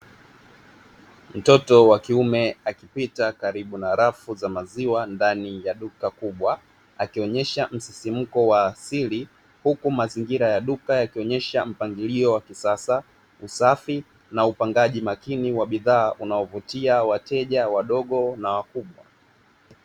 Mtoto wa kiume akipita karibu na rafu za maziwa ndani ya duka kubwa akionyesha msisimko wa asili huku mazingira ya duka yakionyesha mpangilio wa kisasa, usafi na upangaji makini wa bidhaa unaovutia wateja wadogo na wakubwa.